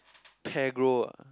pegro ah